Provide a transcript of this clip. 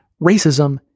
racism